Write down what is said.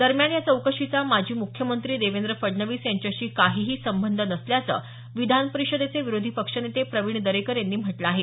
दरम्यान या चौकशीचा माजी मुख्यमंत्री देवेंद्र फडणवीस यांच्याशी काहीही संबंध नसल्याचं विधान परिषदेचे विरोधी पक्षनेते प्रवीण दरेकर यांनी म्हटलं आहे